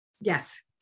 Yes